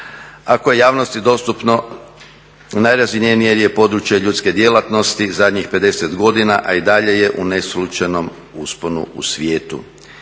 koje je javnosti dostupno na … područje ljudske djelatnosti zadnjih 50 godina, a i dalje je u neslućenom usponu u svijetu.